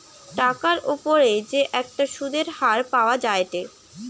টাকার উপর যে একটা সুধের হার পাওয়া যায়েটে